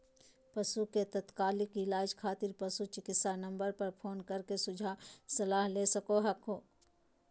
पशु के तात्कालिक इलाज खातिर पशु चिकित्सा नम्बर पर फोन कर के सुझाव सलाह ले सको हखो